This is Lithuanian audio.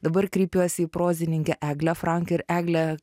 dabar kreipiuosi į prozininkę eglę frank ir egle